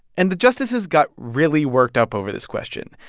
and the justices got really worked up over this question.